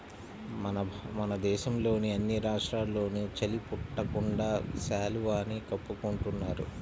మన దేశంలోని అన్ని రాష్ట్రాల్లోనూ చలి పుట్టకుండా శాలువాని కప్పుకుంటున్నారు